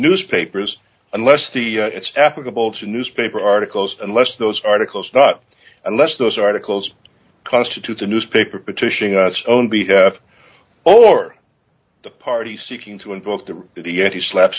newspapers unless the it's applicable to newspaper articles unless those articles not unless those articles constitute a newspaper petitioning on its own be have or the party seeking to invoke the the yeti slap